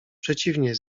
przeciwnie